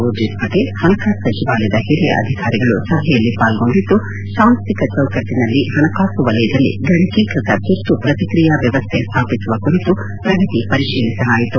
ಊರ್ಜಿತ್ ಪಟೇಲ್ ಪಣಕಾಸು ಸಚಿವಾಲಯದ ಹಿರಿಯ ಅಧಿಕಾರಿಗಳು ಸಭೆಯಲ್ಲಿ ಪಾಲ್ಗೊಂಡಿದ್ದು ಸಾಂಸ್ಟಿಕ ಚೌಕಟ್ಲಿನಲ್ಲಿ ಪಣಕಾಸು ವಲಯದಲ್ಲಿ ಗಣಕೀಕೃತ ತುರ್ತು ಪ್ರತಿಕ್ರಿಯಾ ವ್ವವಸ್ಥೆ ಸ್ವಾಪಿಸುವ ಕುರಿತು ಪ್ರಗತಿ ಪರಿಶೀಲಿಸಲಾಯಿತು